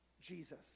Jesus